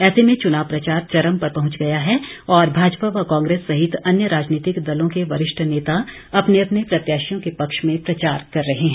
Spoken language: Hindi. ऐसे में चुनाव प्रचार चरम पर पहुंच गया है और भाजपा व कांग्रेस सहित अन्य राजनीतिक दलों के वरिष्ठ नेता अपने अपने प्रत्याशियों के पक्ष में प्रचार कर रहे हैं